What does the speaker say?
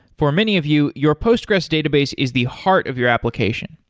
for many of you, your postgressql database is the heart of your application.